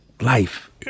life